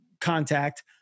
contact